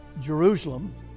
Jerusalem